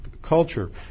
Culture